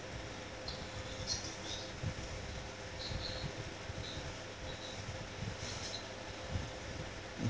mm